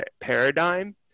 paradigm